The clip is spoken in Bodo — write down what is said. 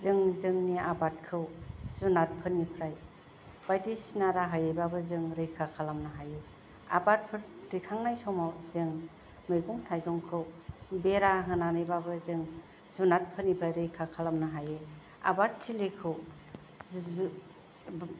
जों जोंनि आबादखौ जुनादफोरनिफ्राय बायदिसिना राहायैबाबो जों रैखा खालामनो हायो आबादफोर दैखांनाय समाव जों मैगं थायगंखौ बेरा होनानै बाबो जों जुनादफोरनिफ्राय रैखा खालामनो हायो आबादथिलिखौ जि